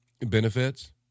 benefits